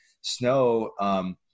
Snow